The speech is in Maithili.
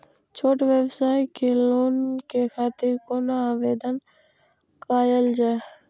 छोट व्यवसाय के लोन के खातिर कोना आवेदन कायल जाय?